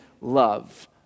love